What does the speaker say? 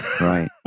Right